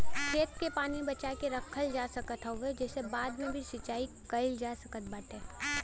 खेत के पानी बचा के रखल जा सकत हवे जेसे बाद में भी सिंचाई कईल जा सकत बाटे